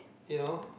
you know